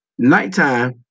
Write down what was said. Nighttime